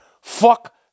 fuck